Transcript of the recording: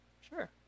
sure